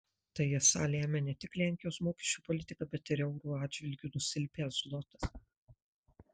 tai esą lemia ne tik lenkijos mokesčių politika bet ir euro atžvilgiu nusilpęs zlotas